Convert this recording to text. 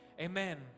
amen